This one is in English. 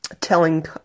telling